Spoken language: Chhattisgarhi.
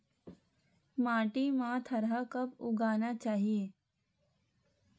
माटी मा थरहा कब उगाना चाहिए?